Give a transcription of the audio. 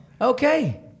okay